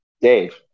Dave